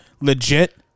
legit